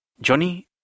Johnny